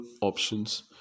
options